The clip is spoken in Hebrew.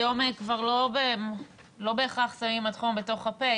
היום כבר לא בהכרח שמים מדחום בתוך הפה,